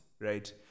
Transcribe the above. right